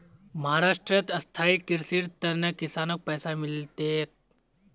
महाराष्ट्रत स्थायी कृषिर त न किसानक पैसा मिल तेक